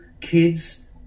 kids